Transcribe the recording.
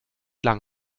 lang